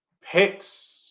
picks